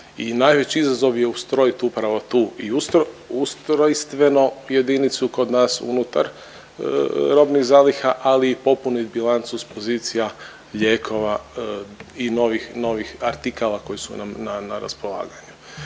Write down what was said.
najveći izazov je ustrojiti upravo tu i ustrojstveno jedinicu kod nas unutar robnih zaliha, ali i popuniti u lancu s pozicija lijekova i novih, novih artikala koji su nam na raspolaganju.